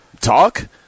talk